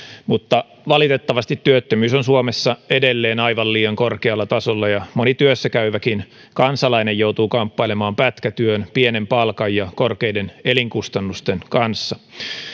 mutta valitettavasti työttömyys on suomessa edelleen aivan liian korkealla tasolla ja moni työssä käyväkin kansalainen joutuu kamppailemaan pätkätyön pienen palkan ja korkeiden elinkustannusten kanssa